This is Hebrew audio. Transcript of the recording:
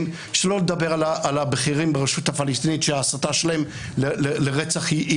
שלא לדבר על הבכירים ברשות הפלסטינית שההסתה שלהם לרצח היא ברורה.